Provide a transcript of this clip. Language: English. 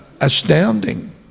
astounding